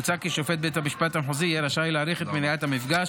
מוצע כי שופט בית המשפט המחוזי יהיה רשאי להאריך את מניעת המפגש